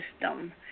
system